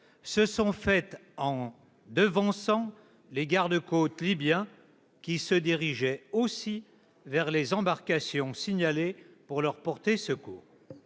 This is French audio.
menées en devançant les garde-côtes libyens, qui se dirigeaient eux aussi vers les embarcations signalées, pour leur porter secours.